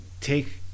take